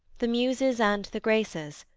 the muses and the graces,